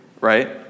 right